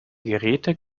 geräte